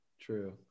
true